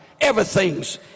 Everything's